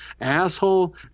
asshole